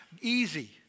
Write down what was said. easy